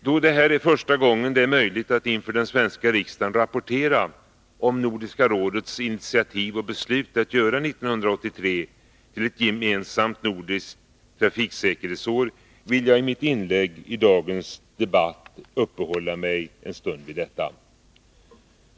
Då det är första gången det är möjligt att inför den svenska riksdagen rapportera om Nordiska rådets initiativ och beslut att göra 1983 till ett gemensamt trafiksäkerhetsår, vill jag i mitt inlägg i dagens debatt uppehålla mig en stund vid detta.